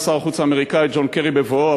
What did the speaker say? שר החוץ האמריקני ג'ון קרי בבואו,